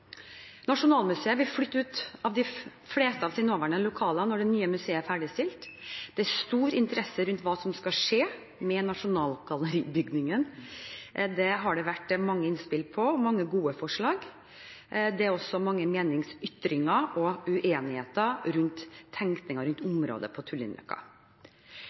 Nasjonalmuseet vil flytte ut av de fleste av sine nåværende lokaler når det nye museet er ferdigstilt. Det er stor interesse rundt hva som skal skje med Nasjonalgalleri-bygningen. Det har vært mange innspill og mange gode forslag. Det er også mange meningsytringer, uenigheter og tenkning rundt området på